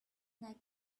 night